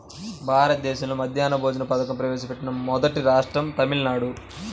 భారతదేశంలో మధ్యాహ్న భోజన పథకం ప్రవేశపెట్టిన మొదటి రాష్ట్రం తమిళనాడు